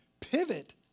pivot